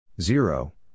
Zero